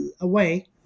away